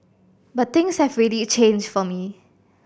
but things have really changed for me